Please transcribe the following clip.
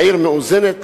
עיר מאוזנת,